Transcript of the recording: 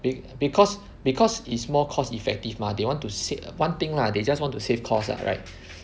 bec~ because because is more cost effective mah they want to sav~ one thing lah they just want to save cost lah right